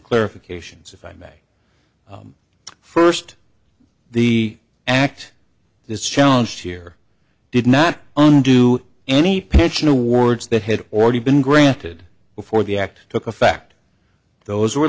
clarifications if i may first the act this challenge here did not undo any pension awards that had already been granted before the act took effect those were